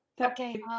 Okay